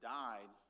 died